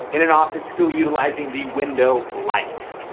in an office, still utilizing the window light.